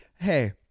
Hey